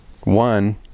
one